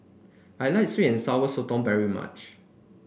I like sweet and Sour Sotong very much